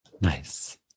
Nice